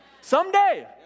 Someday